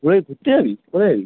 ভাই ঘুরতে যাবি কোথায় যাবি